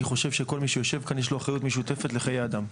אני חושב שכל מי שיושב כאן יש לו אחריות משותפת לחיי אדם.